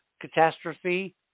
catastrophe